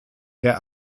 der